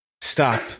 stop